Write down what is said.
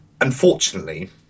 Unfortunately